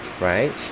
right